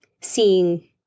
seeing